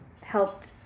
helped